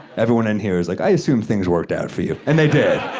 everyone in here is like i assume things worked out for you, and they did.